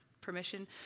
Permission